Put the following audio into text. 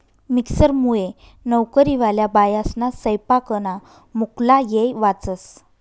मिक्सरमुये नवकरीवाल्या बायास्ना सैपाकना मुक्ला येय वाचस